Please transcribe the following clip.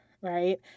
right